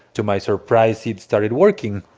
to my surprise, it started working.